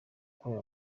ukorera